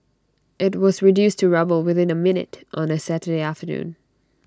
IT was reduced to rubble within A minute on A Saturday afternoon